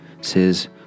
says